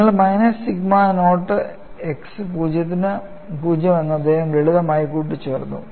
നിങ്ങൾക്ക് minus sigma naught x 0 മെന്ന് അദ്ദേഹം ലളിതമായി കൂട്ടിച്ചേർത്തു